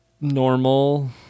normal